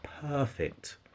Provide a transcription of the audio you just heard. Perfect